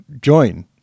join